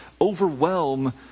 overwhelm